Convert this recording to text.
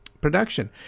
production